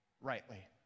rightly